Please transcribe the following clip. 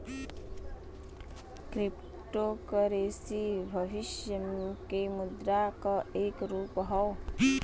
crypto currency भविष्य के मुद्रा क एक रूप हौ